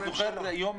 אני זוכר את הימים